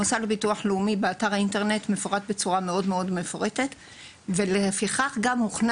באתר האינטרנט של הביטוח הלאומי מפורטים הדברים היטב והוכנס גם המחשבון.